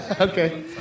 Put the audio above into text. okay